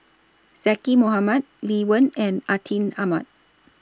Zaqy Mohamad Lee Wen and Atin Amat